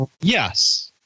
Yes